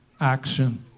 action